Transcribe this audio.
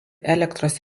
elektros